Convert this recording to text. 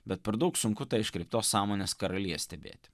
bet per daug sunku tą iškreiptos sąmonės karaliją stebėti